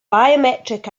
biometric